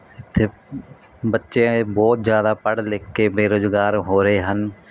ਇੱਥੇ ਬੱਚੇ ਨੇ ਇਹ ਬਹੁਤ ਜਿਆਦਾ ਪੜ ਲਿਖ ਕੇ ਬੇਰੁਜ਼ਗਾਰ ਹੋ ਰਹੇ ਹਨ